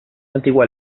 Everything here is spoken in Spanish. antigua